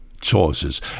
choices